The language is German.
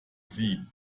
sie